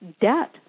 debt